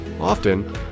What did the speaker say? Often